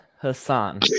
Hassan